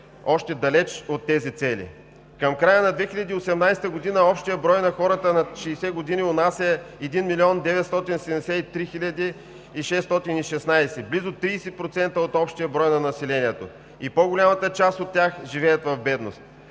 още далеч от тези цели. Към края на 2018 г. общият брой на хората над 60 години у нас е 1 милион 973 хиляди и 616, близо 30% от общия брой на населението и по-голямата част от тях живеят в бедност.